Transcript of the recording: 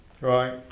right